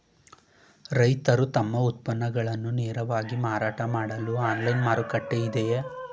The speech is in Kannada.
ರೈತರು ತಮ್ಮ ಉತ್ಪನ್ನಗಳನ್ನು ನೇರವಾಗಿ ಮಾರಾಟ ಮಾಡಲು ಆನ್ಲೈನ್ ಮಾರುಕಟ್ಟೆ ಇದೆಯೇ?